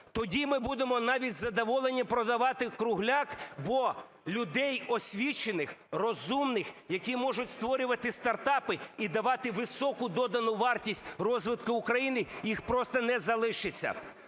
тоді ми будемо навіть із задоволенням продавати кругляк, бо людей освічених, розумних, які можуть створювати стартапи і давати високу додану вартість розвитку України, їх просто не залишиться.